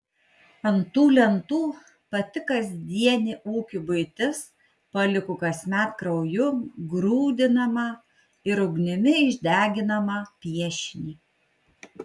ant tų lentų pati kasdienė ūkio buitis paliko kasmet krauju grūdinamą ir ugnimi išdeginamą piešinį